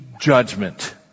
judgment